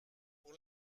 pour